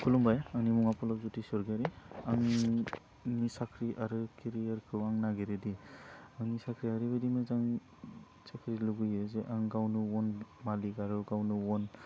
खुलुमबाय आंनि मुङा फलब जति सरगयारी आंनि मुंनि साख्रि आरो केरियारखौ आं नागिरोदि आंनि साख्रिया ओरैबायदि मोजां साख्रि लुबैयो जे आं गावनो अन मालिक आरो गावनो अन